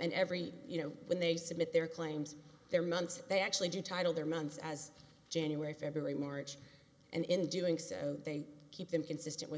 and every you know when they submit their claims their month they actually do title their months as january february march and in doing so they keep them consistent with